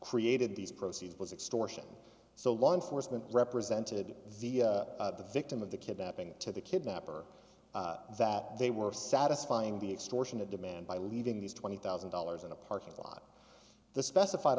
created these proceeds was extorting so law enforcement represented the victim of the kidnapping to the kidnapper that they were satisfying the extortion to demand by leaving these twenty thousand dollars in a parking lot the specified